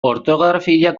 ortografia